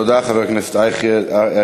תודה, חבר הכנסת אייכלר.